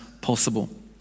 possible